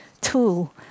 tool